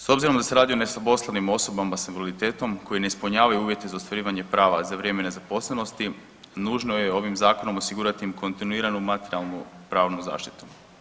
S obzirom da se radi o nezaposlenim osobama sa invaliditetom koji ne ispunjavaju uvjete za ostvarivanje prava za vrijeme nezaposlenosti nužno je ovim zakonom osigurati im kontinuiranu materijalnu pravnu zaštitu.